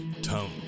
tone